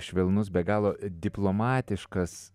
švelnus be galo diplomatiškas